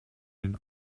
den